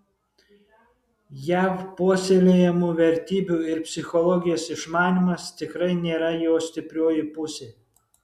jav puoselėjamų vertybių ir psichologijos išmanymas tikrai nėra jo stiprioji pusė